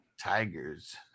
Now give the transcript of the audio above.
Tigers